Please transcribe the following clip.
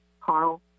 Carl